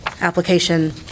application